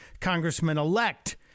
congressman-elect